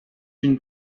une